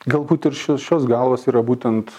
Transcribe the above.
galbūt ir ši šios galvos yra būtent